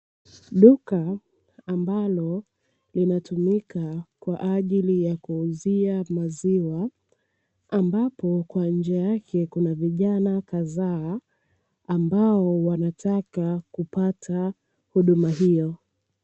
Duka ambalo linatumika kwa ajili ya kuuzia maziwa, ambapo kwa nje yake kuna vijana kadhaa ambao wanataka kupata huduma hiyo.